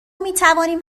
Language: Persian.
میتوانیم